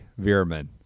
Veerman